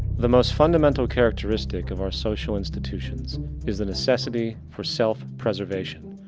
the most fundamental characteristic of our social institutions is the necessity for self-preservation.